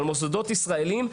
על מוסדות ישראליים,